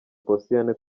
posiyani